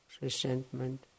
resentment